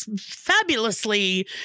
fabulously